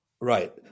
Right